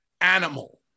animal